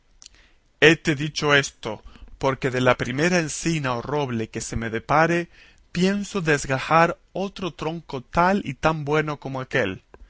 hete dicho esto porque de la primera encina o roble que se me depare pienso desgajar otro tronco tal y tan bueno como aquél